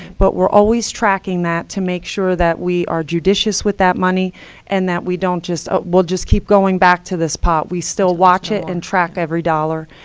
but we're always tracking that to make sure that we are judicious with that money and that we don't just ah we'll just keep going back to this pot. we still watch it and track every dollar.